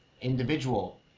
individual